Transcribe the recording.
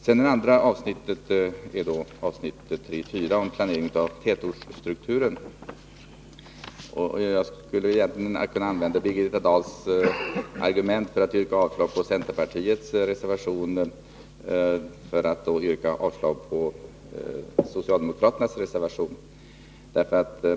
När det gäller avsnittet 3.4, planering av tätortsstrukturen, skulle jag för att yrka avslag på socialdemokraternas reservation kunna använda Birgitta 145 Dahls argument mot centerpartiets reservation.